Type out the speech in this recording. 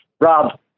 Rob